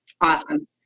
Awesome